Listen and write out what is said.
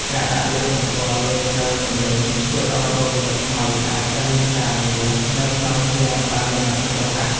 ការដាក់លេខសម្គាល់លើធ្នើទំនិញជួយឱ្យបុគ្គលិកថ្មីអាចរៀនការងារនៅក្នុងឃ្លាំងបានយ៉ាងឆាប់រហ័ស។